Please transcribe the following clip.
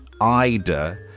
Ida